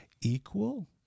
equal